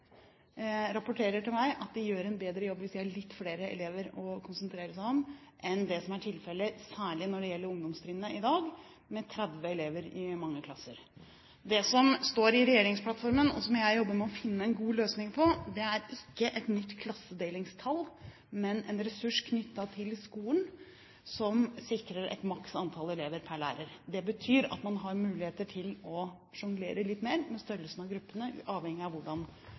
rapporterer til meg at de gjør en bedre jobb hvis de har litt færre elever å konsentrere seg om enn det som er tilfellet, særlig når det gjelder ungdomstrinnet, i dag – med 30 elever i mange klasser. Det som står i regjeringsplattformen, og som jeg jobber med å finne en god løsning på, er ikke et nytt klassedelingstall, men en ressurs knyttet til skolen som sikrer et maks antall elever per lærer. Det betyr at man har muligheter til å sjonglere litt mer med størrelsen av gruppene, avhengig av hvordan